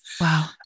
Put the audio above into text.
Wow